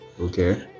Okay